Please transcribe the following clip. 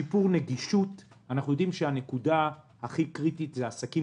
שיפור נגישות אנחנו יודעים שהנקודה הכי קריטית זה עסקים